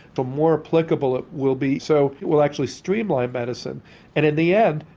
the more applicable it will be. so, it will actually streamline medicine and in the end,